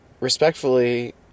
Respectfully